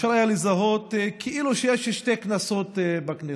אפשר היה לזהות כאילו שיש שתי כנסות בכנסת: